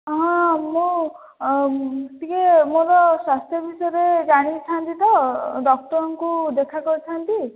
ହଁ ମୁଁ ଟିକିଏ ମୋ'ର ସ୍ୱାସ୍ଥ୍ୟ ବିଷୟରେ ଜାଣିଥା'ନ୍ତି ତ ଡକ୍ଟରଙ୍କୁ ଦେଖା କରିଥା'ନ୍ତି